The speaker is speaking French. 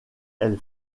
elle